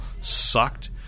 sucked